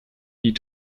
die